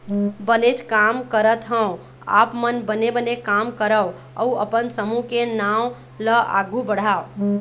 बनेच काम करत हँव आप मन बने बने काम करव अउ अपन समूह के नांव ल आघु बढ़ाव